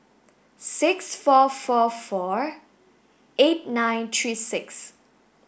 six four four four eight nine three six